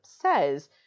says